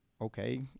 okay